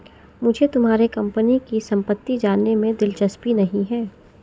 मुझे तुम्हारे कंपनी की सम्पत्ति जानने में दिलचस्पी नहीं है